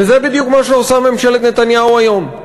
וזה בדיוק מה שעושה ממשלת נתניהו היום.